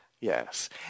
Yes